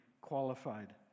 qualified